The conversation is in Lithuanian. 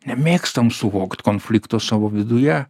nemėgstam suvokt konflikto savo viduje